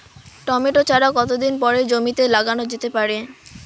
Tomato চারা কতো দিন পরে জমিতে লাগানো যেতে পারে?